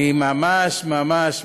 אני ממש ממש,